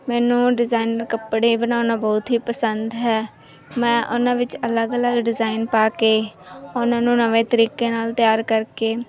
ਮੈਨੂੰ ਡਿਜ਼ਾਇਨ ਕੱਪੜੇ ਬਣਾਉਣਾ ਬਹੁਤ ਹੀ ਪਸੰਦ ਹੈ ਮੈਂ ਉਹਨਾਂ ਵਿੱਚ ਅਲੱਗ ਅਲੱਗ ਡਿਜ਼ਾਇਨ ਪਾ ਕੇ ਉਹਨਾਂ ਨੂੰ ਨਵੇਂ ਤਰੀਕੇ ਨਾਲ ਤਿਆਰ ਕਰਕੇ